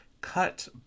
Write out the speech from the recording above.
cut